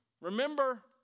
Remember